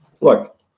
Look